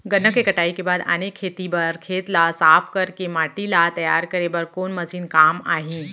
गन्ना के कटाई के बाद आने खेती बर खेत ला साफ कर के माटी ला तैयार करे बर कोन मशीन काम आही?